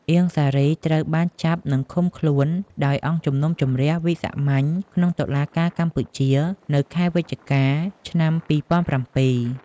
អៀង សារី ត្រូវបានចាប់និងឃុំខ្លួនដោយ អង្គជំនុំជម្រះវិសាមញ្ញក្នុងតុលាការកម្ពុជា នៅខែវិច្ឆិកា ឆ្នាំ២០០៧ ។